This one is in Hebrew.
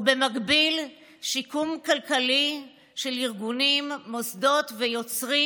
ובמקביל, שיקום כלכלי של ארגונים, מוסדות ויוצרים,